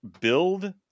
build